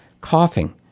Coughing